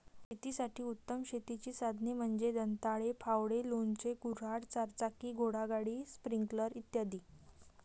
शेतासाठी उत्तम शेतीची साधने म्हणजे दंताळे, फावडे, लोणचे, कुऱ्हाड, चारचाकी घोडागाडी, स्प्रिंकलर इ